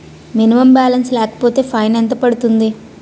Minimum balance లేకపోతే fine ఎంత పడుతుంది?